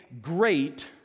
great